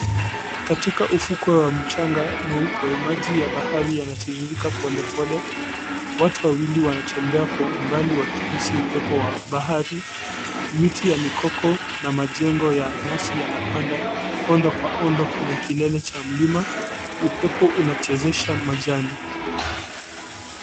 Katika ufukwe wa mchanga mweupe maji ya bahari yanatiririka polepole. Watu wawili wanatembea kwa umbali wakihisi upepo wa bahari. Miti ya mikoko na majengo ya nyasi yanapanda kwenda kwenye kilele cha mlima. Upepo unachezesha majani.